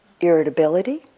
irritability